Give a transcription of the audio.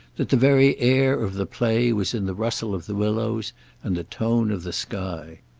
that the very air of the play was in the rustle of the willows and the tone of the sky.